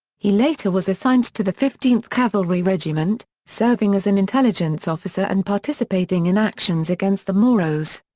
he later was assigned to the fifteenth cavalry regiment, serving as an intelligence officer and participating in actions against the moros.